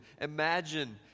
Imagine